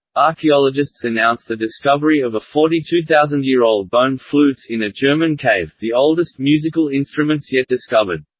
archeologists announce the discovery of a forty two thousand year old bone flutes in a german cave the oldest musical instruments yet discovered.